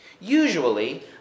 Usually